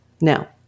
Now